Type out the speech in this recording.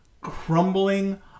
crumbling